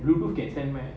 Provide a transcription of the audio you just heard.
blue get sent meh